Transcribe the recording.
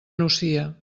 nucia